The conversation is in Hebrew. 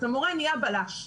המורה עכשיו הוא בלש.